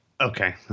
Okay